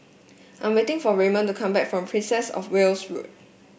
I'm waiting for Raymond to come back from Princess Of Wales Road